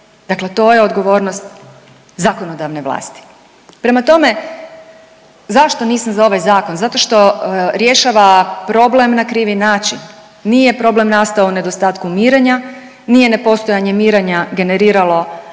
Dakle, to je odgovornost zakonodavne vlasti. Prema tome, zašto nisam za ovaj zakon? Zato što rješava problem na krivi način. Nije problem nastao nedostatkom mirenja, nije nepostojanje mirenja generiralo